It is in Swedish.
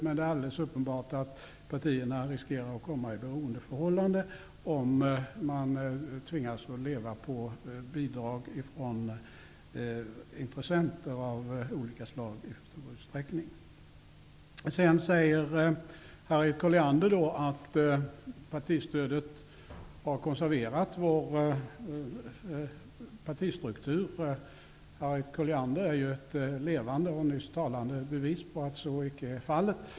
Men det är alldeles uppenbart att partierna riskerar att komma i beroendeförhållande, om de tvingas leva på bidrag från intressenter av olika slag i för stor utsträckning. Harriet Colliander säger att partistödet har konserverat vår partistruktur. Harriet Colliander är ett levande och nyss talande bevis på att så icke är fallet.